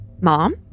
Mom